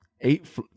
eight